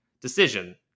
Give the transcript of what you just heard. decision